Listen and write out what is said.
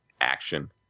action